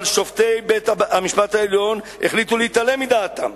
אבל שופטי בית-המשפט העליון החליטו להתעלם מדעתם.